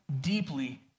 deeply